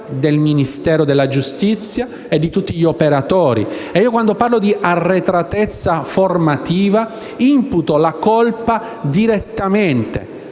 del Ministero della giustizia e di tutti gli operatori. Quando parlo di arretratezza formativa, imputo la colpa direttamente